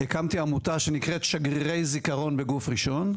והקמתי עמותה שנקראת "שגרירי זכרון בגוף ראשון".